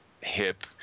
hip